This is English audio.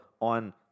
on